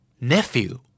Nephew